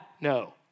No